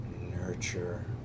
nurture